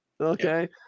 Okay